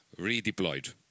redeployed